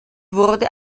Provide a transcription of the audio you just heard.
wurde